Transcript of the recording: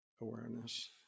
awareness